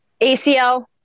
ACL